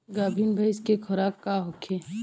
गाभिन भैंस के खुराक का होखे?